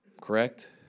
correct